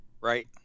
Right